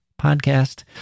podcast